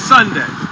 Sunday